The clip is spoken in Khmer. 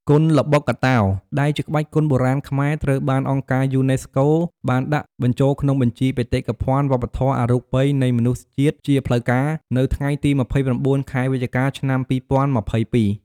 គុនល្បុក្កតោ ដែលជាក្បាច់គុនបុរាណខ្មែរ ត្រូវបានអង្គការយូណេស្កូបានដាក់បញ្ចូលក្នុងបញ្ជីបេតិកភណ្ឌវប្បធម៌អរូបីនៃមនុស្សជាតិជាផ្លូវការ នៅថ្ងៃទី ២៩ ខែវិច្ឆិកា ឆ្នាំ២០២២។